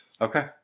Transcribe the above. Okay